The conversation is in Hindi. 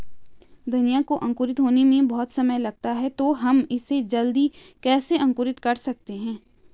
धनिया को अंकुरित होने में बहुत समय लगता है तो हम इसे जल्दी कैसे अंकुरित कर सकते हैं?